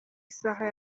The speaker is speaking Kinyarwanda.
isaha